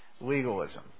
legalism